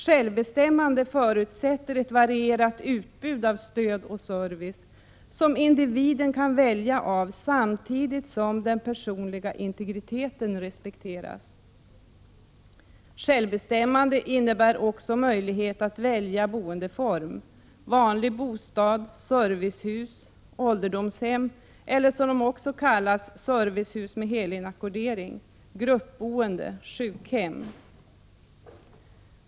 Självbestämmande förutsätter ett varierat utbud av stöd och service som individen kan välja av samtidigt som den personliga integriteten respekteras. Självbestämmande innebär också möjlighet att välja boendeform — vanlig bostad, servicehus, ålderdomshem - som även kallas servicehus med helinackordering, gruppboende och sjukhem.